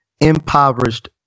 Impoverished